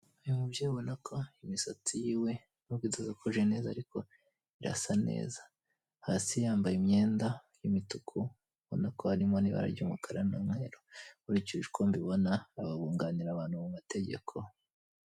Uyu umubyeyi ubonako imisatsi yiwe nubwo idasokoje neza ariko irasa neza, hasi yambaye imyenda y'imutuku, ubonako harimo n'ibara ry'umukara n'umweru. Nkurikije uko mbibona aba bunganira abantu mumategeko.